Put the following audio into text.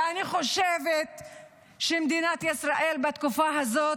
ואני חושבת שבתקופה הזאת